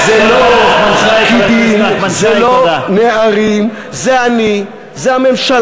מי נזף בפקידי האוצר כשהם רצו להעלות את שכר הלימוד?